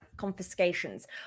Confiscations